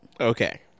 Okay